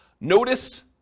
Notice